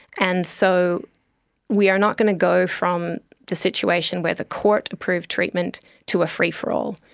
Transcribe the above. and so we are not going to go from the situation where the court approves treatment to a free for all.